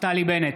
נפתלי בנט,